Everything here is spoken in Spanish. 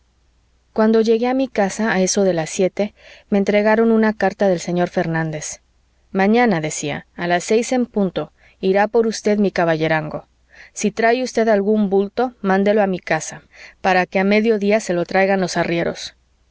cuando llegué a mi casa a eso de las siete me entregaron una carta del señor fernández mañana decía a las seis en punto irá por usted mi caballerango si trae usted algún bulto mándelo a mi casa para que a medio día se lo traigan los arrieros